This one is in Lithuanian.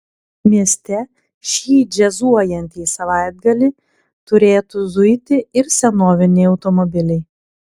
mieste šį džiazuojantį savaitgalį turėtų zuiti ir senoviniai automobiliai